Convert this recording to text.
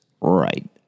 Right